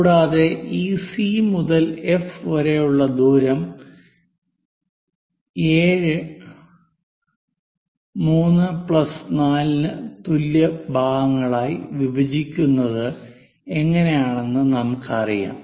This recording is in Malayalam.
കൂടാതെ ഈ സി മുതൽ എഫ് വരെ ഉള്ള ദൂരം 7 3 പ്ലസ് 4 തുല്യ ഭാഗങ്ങളായി വിഭജിക്കുന്നത് എങ്ങനെയെന്ന് നമുക്കറിയാം